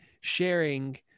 sharing